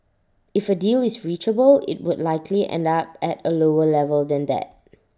if A deal is reachable IT would likely end up at A lower level than that